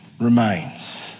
remains